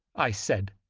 i said,